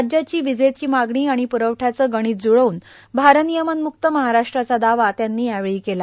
राज्याची विजेची मागणी आणि प्रवठ्याच गणित ज्ळवून भारनियमनम्क्त महाराष्ट्राचा दावा त्यांनी यावेळी केला